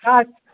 हा